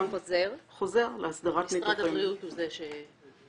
משרד הבריאות הוא זה.